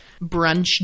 brunch